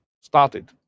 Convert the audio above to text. started